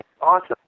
Awesome